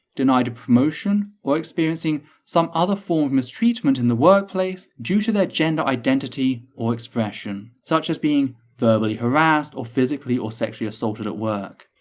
denied a promotion, or experiencing some other form of mistreatment in the workplace due to their gender identity or expression, such as being verbally harassed or physically or sexually assaulted at work.